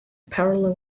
parallel